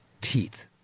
teeth